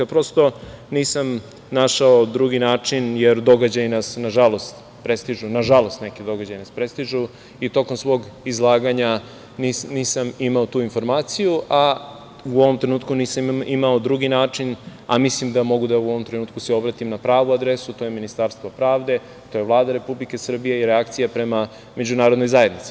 Prosto, nisam našao drugi način, jer događaji nas nažalost, prestižu, nažalost neki događaji nas prestižu i tokom svog izlaganja nisam imao tu informaciju, a u ovom trenutku nisam imao drugi način, a mislim da u ovom trenutku mogu da se obratim na pravu adresu, to je Ministarstvo pravde, to je Vlada Republike Srbije i reakcija prema međunarodnoj zajednici.